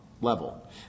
level